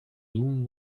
room